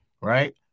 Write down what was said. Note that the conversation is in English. right